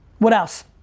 what else?